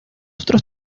otros